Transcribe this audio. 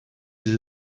sie